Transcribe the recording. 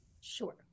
Sure